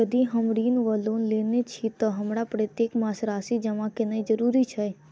यदि हम ऋण वा लोन लेने छी तऽ हमरा प्रत्येक मास राशि जमा केनैय जरूरी छै?